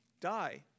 die